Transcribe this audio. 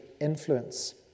influence